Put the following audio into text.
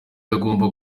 agomba